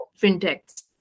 fintechs